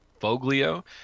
Foglio